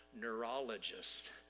neurologist